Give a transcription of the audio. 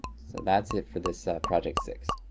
so that's it for this project six.